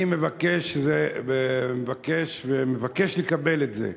אני מבקש לקבל את זה.